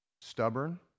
stubborn